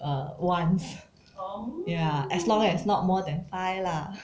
uh once ya as long as not more than five lah